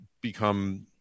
become